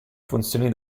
funzioni